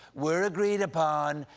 were agreed upon.